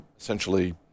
essentially